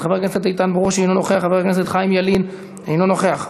חבר הכנסת איתן ברושי, אינו נוכח.